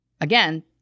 Again